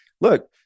look